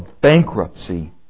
bankruptcy